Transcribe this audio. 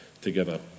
together